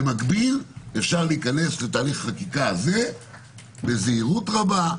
במקביל אפשר להיכנס לתהליך החקיקה הזה בזהירות רבה,